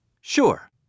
Sure